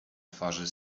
twarzy